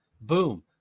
boom